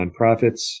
nonprofits